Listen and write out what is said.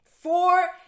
Four